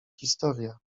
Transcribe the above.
historia